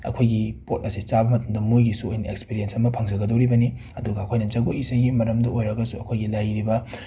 ꯑꯩꯈꯣꯏꯒꯤ ꯄꯣꯠ ꯑꯁꯦ ꯆꯥꯕ ꯃꯇꯝꯗ ꯃꯣꯏꯒꯤꯁꯨ ꯑꯣꯏꯅ ꯑꯦꯛꯁꯄꯤꯔꯦꯟꯁ ꯑꯃ ꯐꯪꯖꯒꯗꯧꯔꯤꯕꯅꯤ ꯑꯗꯨꯒ ꯑꯩꯈꯣꯏꯅ ꯖꯥꯒꯣꯏ ꯏꯁꯩꯒꯤ ꯃꯔꯝꯗ ꯑꯣꯏꯔꯒꯁꯨ ꯑꯩꯈꯣꯏꯒꯤ ꯂꯩꯔꯤꯕ